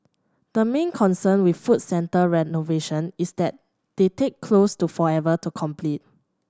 the main concern with food centre renovation is that they take close to forever to complete